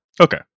Okay